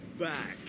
back